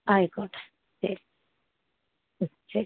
ആയിക്കോട്ടെ ശരി ഉം ശരി